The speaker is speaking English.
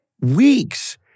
weeks